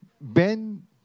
Ben